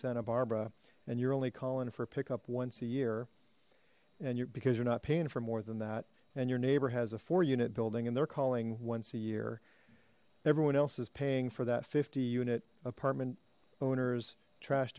santa barbara and you're only calling for pickup once a year and you're because you're not paying for more than that and your neighbor has a four unit building and they're calling once a year everyone else is paying for that fifty unit apartment owners trash